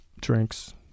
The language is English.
drinks